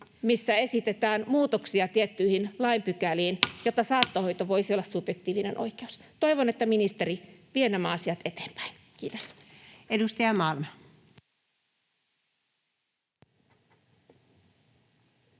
missä esitetään muutoksia tiettyihin lainpykäliin, jotta saattohoito voisi olla subjektiivinen oikeus. Toivon, että ministeri vie nämä asiat eteenpäin. — Kiitos. [Speech 416]